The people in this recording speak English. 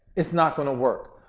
it's not going to work.